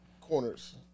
corners